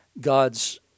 God's